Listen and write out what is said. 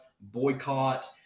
boycott